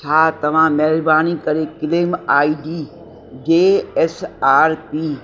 छा तव्हां महिरबानी करे क्लेम आईडी जे एस आर पी